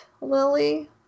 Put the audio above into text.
Lily